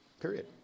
period